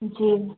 जी